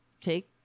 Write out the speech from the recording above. take